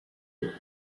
wheels